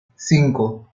cinco